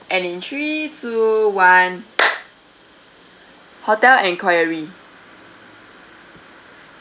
and in three two one hotel enquiry